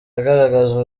agaragaza